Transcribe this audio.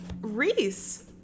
Reese